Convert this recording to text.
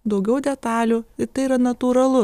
daugiau detalių ir tai yra natūralu